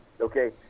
Okay